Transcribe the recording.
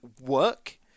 work